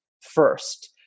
first